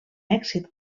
èxit